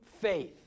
faith